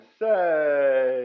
say